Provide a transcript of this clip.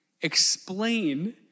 explain